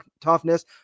toughness